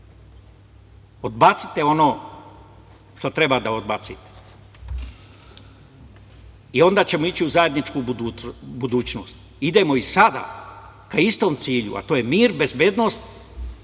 Odbacite ono što treba da odbacite i onda ćemo ići u zajedničku budućnosti. Idemo i sada ka istom cilju, a to je mir, bezbednost,